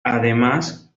además